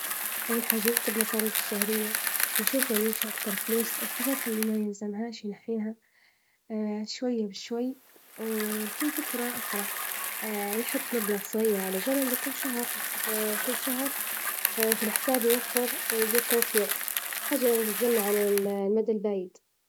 أول حاجة تقيد المصاريفة الشهرية، نشوفو وشين أكتر فلوس الحاجات اللي ما يلزمهاش، ينحيها شوي بشوي، وفي فكرة أخرى يحط مبلغ صغيرعلى جنب كل شهر كل شهر في الحساب ، يوفر توفير حاجة يعني تتجمع علي الدي البعيد.